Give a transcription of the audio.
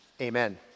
Amen